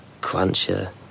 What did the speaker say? Cruncher